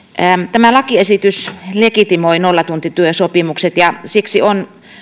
tämä lakiesitys legitimoi nollatuntityösopimukset ja siksi on